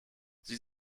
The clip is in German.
sie